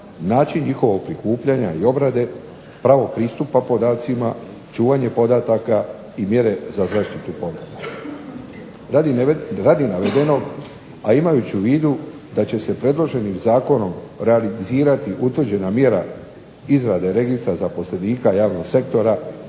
način njihovog prikupljanja i obrade, pravo pristupa podacima, čuvanje podataka i mjere za zaštitu podataka. Radi navedenog, a imajući u vidu da će se predloženim zakonom realizirati utvrđena mjera izrade registra zaposlenika javnog sektora